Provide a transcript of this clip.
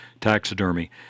taxidermy